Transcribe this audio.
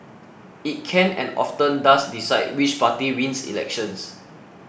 it can and often does decide which party wins elections